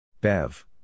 Bev